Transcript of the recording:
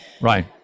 right